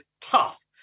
tough